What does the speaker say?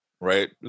Right